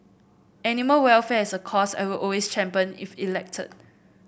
animal welfare is a cause I will always champion if elected